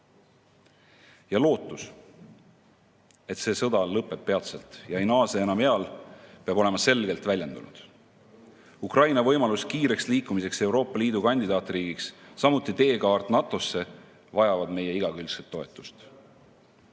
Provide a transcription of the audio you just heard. Lootus, et see sõda lõpeb peatselt ega naase enam eal, peab olema selgelt väljendatud. Ukraina võimalus kiireks liikumiseks Euroopa Liidu kandidaatriigiks, samuti teekaart NATO-sse, vajavad meie igakülgset toetust.